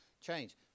change